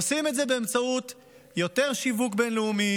עושים את זה באמצעות יותר שיווק בין-לאומי,